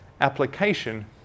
application